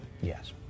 Yes